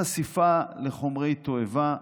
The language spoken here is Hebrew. חשיפה לחומרי תועבה,